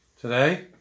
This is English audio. Today